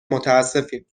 متاسفیم